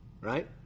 Right